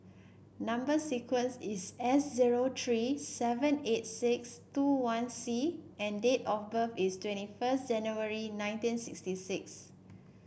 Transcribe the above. number sequence is S zero three seven eight six two one C and date of birth is twenty first January nineteen sixty six